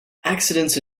accidents